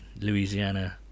Louisiana